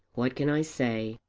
what can i say?